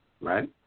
right